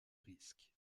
risque